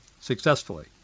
successfully